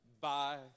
bye